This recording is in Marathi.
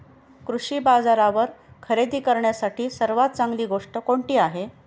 कृषी बाजारावर खरेदी करण्यासाठी सर्वात चांगली गोष्ट कोणती आहे?